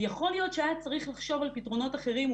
יכול להיות שהיה צריך לחשוב על פתרונות אחרים,